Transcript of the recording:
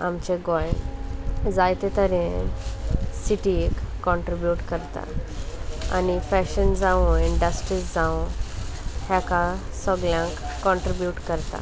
आमचे गोंय जायते तरेन सिटीक कॉन्ट्रिब्यूट करता आनी फॅशन जावूं इंडस्ट्रीज जावं हेका सगळ्यांक कॉन्ट्रिब्यूट करता